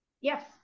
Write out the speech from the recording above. Yes